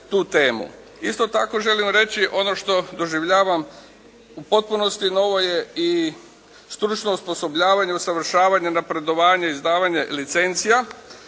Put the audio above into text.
Isto tako, želim reći ono što doživljavam u potpunosti novo je stručno osposobljavanje, usavršavanje, napredovanje, izdavanje licencija